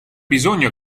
bisogno